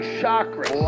chakras